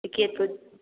ꯇꯤꯀꯦꯠꯄꯨ